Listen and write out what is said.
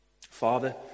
Father